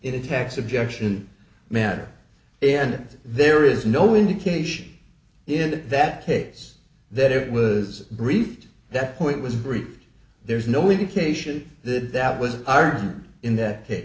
in a tax objection matter and there is no indication in that case that it was briefed that point was very there's no indication that that was are in that case